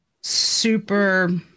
super